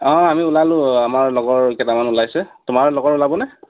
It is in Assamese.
অঁ আমি ওলালোঁ আমাৰ লগৰ কেইটামান ওলাইছে তোমাৰ লগৰ ওলাবনে